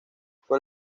fue